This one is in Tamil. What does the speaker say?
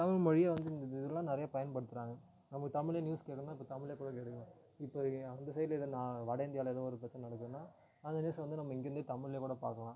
தமிழ்மொழியை வந்து இந்த மாரி இதெலாம் நிறைய பயன்படுத்துகிறாங்க நமக்கு தமிழ்லேயே நியூஸ் வேணுன்னா இப்போ தமிழ்லேயே கூட கேட்டுக்கலாம் இப்போ அந்த சைடில் எதாவது வட இந்தியாவில் எதோ ஒரு பிரச்சனை நடக்குதுன்னா அந்த நியூஸை வந்து நம்ம இங்கேருந்தே தமிழ்லேயே கூட பார்க்கலாம்